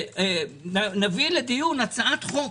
שנביא לדיון הצעת חוק